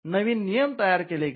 नवीन नियम तयार केले गेले